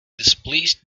displeased